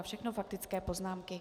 Všechno faktické poznámky.